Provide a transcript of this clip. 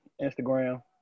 Instagram